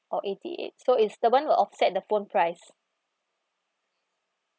oh eighty eight so is the one will offset the phone price